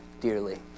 dearly